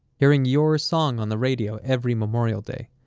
hearing your song on the radio every memorial day.